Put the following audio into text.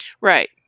Right